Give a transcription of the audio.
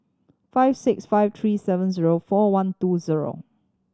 five six five three seven zero four one two zero